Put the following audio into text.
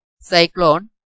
cyclone